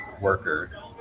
worker